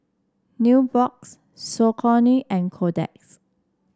Nubox Saucony and Kotex